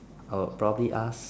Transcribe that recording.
I'll probably ask